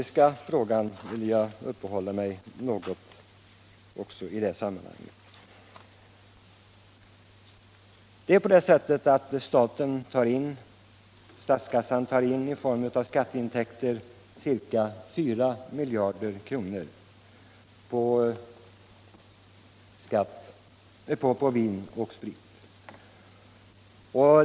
Så några ord om den ekonomiska frågan. Statskassan tar in ca 4 miljarder kronor i form av skatteintäkter på vin och sprit.